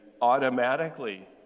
automatically